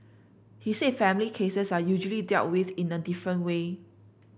he said family cases are usually dealt with in a different way